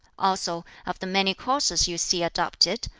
also, of the many courses you see adopted,